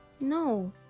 No